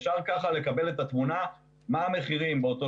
אפשר כך לקבל את התמונה מה המחירים באותו